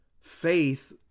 Faith